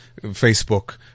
Facebook